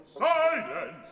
Silence